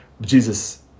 Jesus